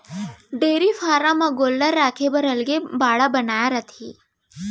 dairy farm म गोल्लर राखे बर अलगे बाड़ा बनाए रथें